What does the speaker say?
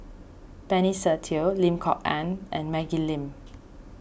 Benny Se Teo Lim Kok Ann and Maggie Lim